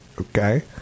okay